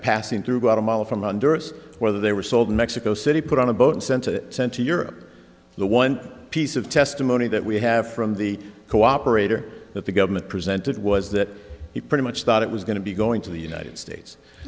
passing through guatemala from under us whether they were sold in mexico city put on a boat and sent it to europe the one piece of testimony that we have from the cooperator that the government presented was that he pretty much thought it was going to be going to the united states